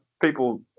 people